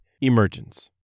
Emergence